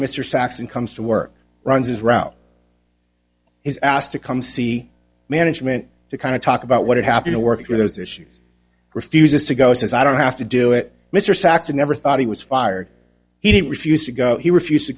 mr saxon comes to work runs his route is asked to come see management to kind of talk about what had happened to work through those issues refuses to go says i don't have to do it mr saxon never thought he was fired he refused to go he refused to